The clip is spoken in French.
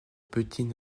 petits